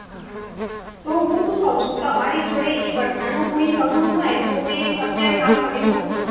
હા હા તો હું શું કહું છું તમારી જોડે એ ઘટનાનું કોઈ સબૂત હોય તે અત્યારે હાલ મને મોકલો